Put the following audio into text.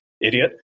Idiot